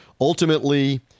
ultimately